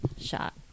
shot